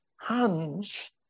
hands